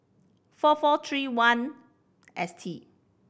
four four three one S T